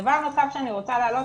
דבר אחד שאני רוצה להעלות,